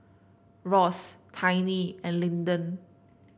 Ross Tiny and Linden